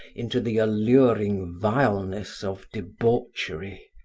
into the alluring vileness of debauchery.